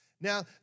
Now